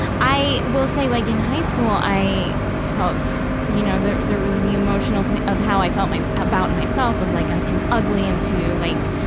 i will say, like in high school, i felt, you know, there, there was the emotional thi, of how i felt my, about and myself, of like i'm too ugly, i'm too, like,